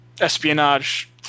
espionage